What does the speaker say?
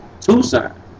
Tucson